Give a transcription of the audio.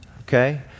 Okay